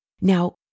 Now